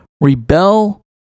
rebel